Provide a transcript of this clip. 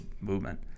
movement